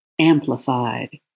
amplified